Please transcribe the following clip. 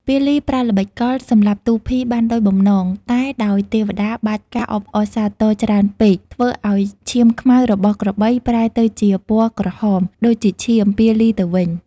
ពាលីប្រើល្បិចកលសម្លាប់ទូភីបានដូចបំណង តែដោយទេវតា បាចផ្កាអបអរសាទរច្រើនពេក ធ្វើឱ្យឈាមខ្មៅរបស់ក្របីប្រែទៅជាពណ៌ក្រហម ដូចជាឈាម ពាលីទៅវិញ។